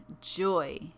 joy